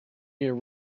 year